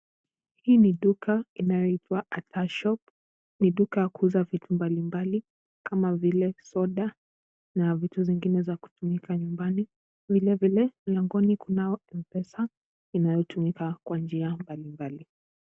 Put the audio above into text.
Hii ni duka inayoitwa Atah Shop. Ni duka ya kuuza vitu mbali mbali kama vile soda, na vitu zingine za kutumika nyumbani. Vile vile, mlangoni kunao M-Pesa inayotumika kwa njia mbali mbali.